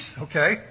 Okay